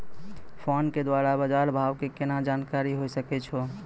Phone के द्वारा बाज़ार भाव के केना जानकारी होय सकै छौ?